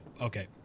Okay